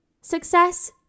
success